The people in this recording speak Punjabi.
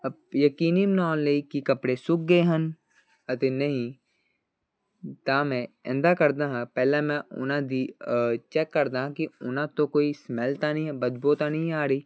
ਯਕੀਨੀ ਬਣਾਉਣ ਲਈ ਕੀ ਕੱਪੜੇ ਸੁੱਖ ਗਏ ਹਨ ਅਤੇ ਨਹੀਂ ਤਾਂ ਮੈਂ ਇੱਦਾਂ ਕਰਦਾ ਹਾਂ ਪਹਿਲਾਂ ਨਾ ਉਹਨਾਂ ਦੀ ਚੈਕ ਕਰਦਾ ਕਿ ਉਹਨਾਂ ਤੋਂ ਕੋਈ ਸਮੈਲ ਤਾਂ ਨਹੀਂ ਬਦਬੂ ਤਾਂ ਨਹੀਂ ਆ ਰਹੀ